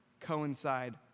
coincide